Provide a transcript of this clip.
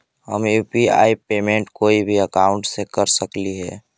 हम UPI payment कोई भी अकाउंट से कर सकली हे?